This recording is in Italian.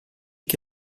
che